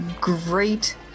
great